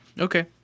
Okay